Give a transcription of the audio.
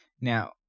now